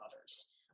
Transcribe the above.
others